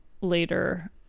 later